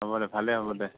হ'ব দে ভালেই হ'ব দে